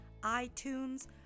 iTunes